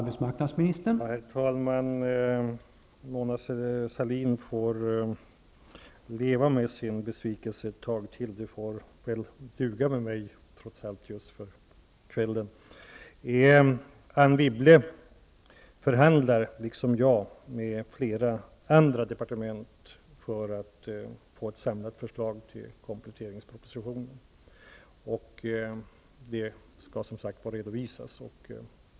Herr talman! Mona Sahlin får leva med sin besvikelse ett tag till. Det får väl duga med mig för kvällen. Anne Wibble förhandlar liksom jag med flera andra departement för att få ett samlat förslag till kompletteringsproposition. Den skall som sagt redovisas snart.